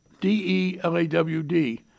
D-E-L-A-W-D